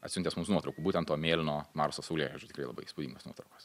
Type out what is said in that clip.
atsiuntęs mums nuotraukų būtent to mėlyno marso saulėlydži labai įspūdingos nuotraukos